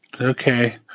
Okay